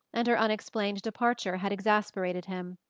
and her unexplained departure had exasperated him.